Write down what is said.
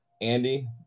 Andy